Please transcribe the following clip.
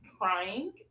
crying